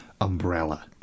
umbrella